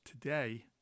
today